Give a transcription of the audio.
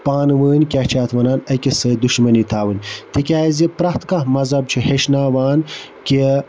پانہٕ ؤنۍ کیاہ چھِ اتھ وَنان أکِس سۭتۍ دُشمَنی تھاوٕنۍ تکیازِ پرٛٮ۪تھ کانٛہہ مَذہَب چھُ ہیٚچھناوان کہِ